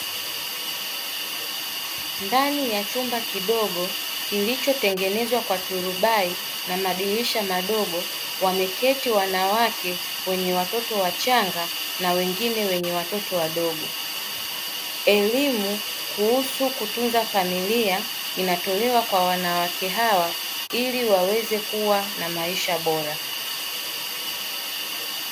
Ndani ya chumba kidogo kilichotengenezwa kwa turubai na madirisha madogo wameketi wanawake wenye watoto wachanga na wengine wenye watoto wadogo. Elimu kuhusu kutunza familia inatolewa kwa wanawake hawa ili waweze kuwa na maisha bora.